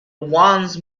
ones